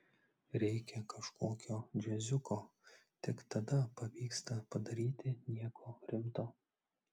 reikia kažkokio džiaziuko tik tada pavyksta padaryti nieko rimto